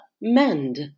Mend